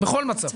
בכל מצב.